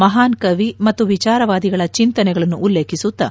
ಮಹಾನ್ ಕವಿ ಮತ್ತು ವಿಚಾರವಾದಿಗಳ ಚಿಂತನೆಗಳನ್ನು ಉಲ್ಲೇಖಿಸುತ್ತಾ